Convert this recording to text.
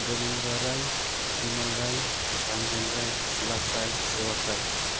Devendra Rai Bimal Rai Ranjan Rai Silas Rai Sewak Rai